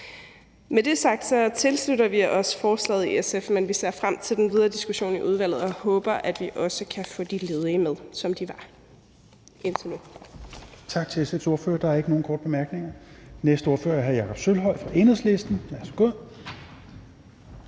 Med det sagt tilslutter vi os forslaget i SF, men vi ser frem til den videre diskussion i udvalget og håber, at vi også kan få de ledige med, som de har